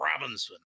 Robinson